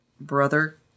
brother